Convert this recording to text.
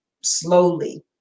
slowly